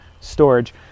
storage